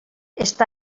està